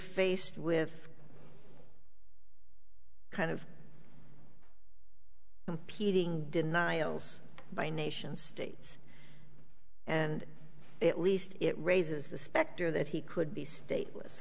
faced with kind of competing denials by nation states and at least it raises the specter that he could be state